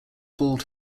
bald